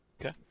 Okay